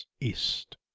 east